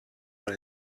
con